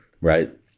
right